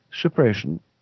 suppression